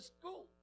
school